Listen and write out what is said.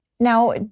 Now